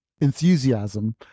enthusiasm